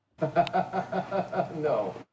no